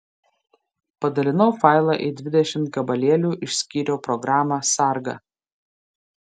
padalinau failą į dvidešimt gabalėlių išskyriau programą sargą